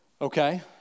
Okay